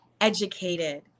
educated